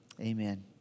Amen